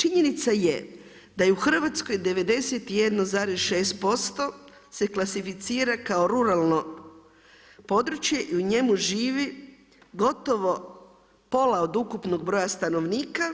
Činjenica je da je u Hrvatskoj 91,6% se klasificira kao ruralno područje i u njemu živi gotovo pola od ukupnog broja stanovnika